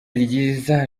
ryiza